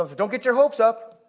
um don't get your hopes up.